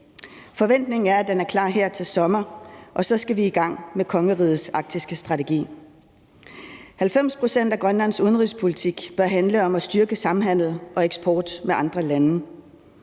Forventningen er, at den er klar her til sommer, og så skal vi i gang med kongerigets arktiske strategi. 90 pct. af Grønlands udenrigspolitik bør handle om at styrke samhandel og eksport med andre lande.